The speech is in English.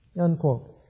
Unquote